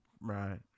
right